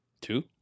Two